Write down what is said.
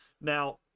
Now